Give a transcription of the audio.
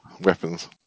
weapons